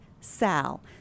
Sal